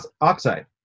oxide